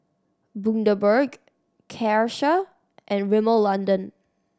Bundaberg Karcher and Rimmel London